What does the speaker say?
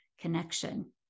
connection